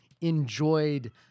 enjoyed